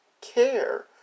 care